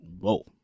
whoa